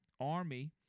army